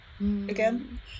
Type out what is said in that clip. again